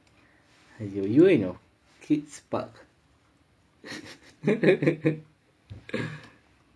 !aiyo! you and your kids park